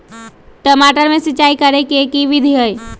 टमाटर में सिचाई करे के की विधि हई?